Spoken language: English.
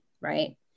right